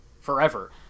forever